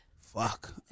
fuck